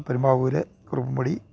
Perumbavoor Kuruppampady